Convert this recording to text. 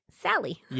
Sally